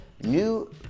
new